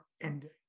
ending